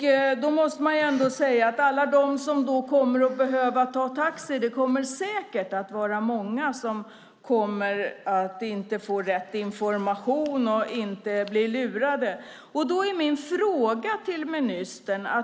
Man måste ändå säga att det av alla dem som kommer att behöva ta taxi säkert kommer att vara många som inte får rätt information utan blir lurade.